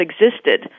existed